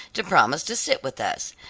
to promise to sit with us,